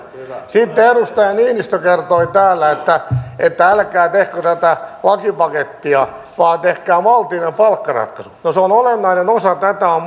sitten edustaja niinistö kertoi täällä että että älkää tehkö tätä lakipakettia vaan tehkää maltillinen palkkaratkaisu no olennainen osa tätä on